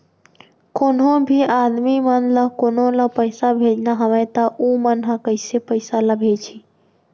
कोन्हों भी आदमी मन ला कोनो ला पइसा भेजना हवय त उ मन ह कइसे पइसा ला भेजही?